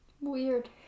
Weird